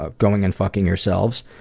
ah going and fucking yourselves.